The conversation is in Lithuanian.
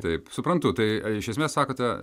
taip suprantu tai iš esmės sakote